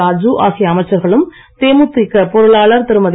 ராஜு ஆகிய அமைச்சர்களும் தேமுதிக பொருளாளர் திருமதி